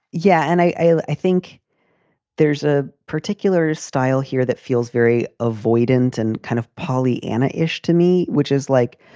yeah. and i think there's a particular style here that feels very avoidant and kind of pollyanna ish to me, which is like,